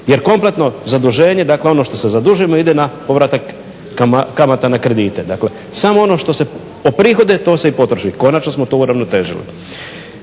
Jer kompletno zaduženje dakle ono što se zadužujemo ide na povratak kamata na kredite, dakle samo ono što se oprihoduje to se i potroši. Konačno smo to uravnotežili.